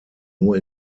nur